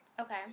Okay